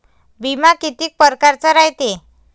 बिमा कितीक परकारचा रायते?